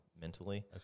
mentally